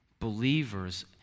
Believers